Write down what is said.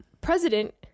president